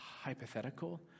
hypothetical